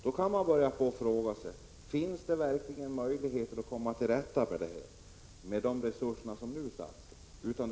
Då kan man börja fråga sig: Finns det verkligen möjligheter att komma till rätta med handläggningen med de resurser som nu satsas?